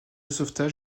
sauvetages